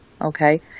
okay